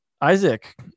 Isaac